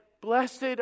blessed